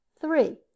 three